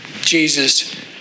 Jesus